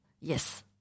Yes